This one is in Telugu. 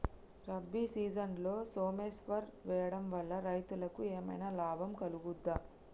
రబీ సీజన్లో సోమేశ్వర్ వేయడం వల్ల రైతులకు ఏమైనా లాభం కలుగుద్ద?